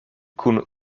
kun